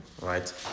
right